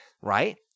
right